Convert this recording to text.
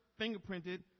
fingerprinted